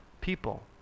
people